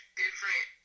different